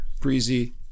breezy